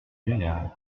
gaillards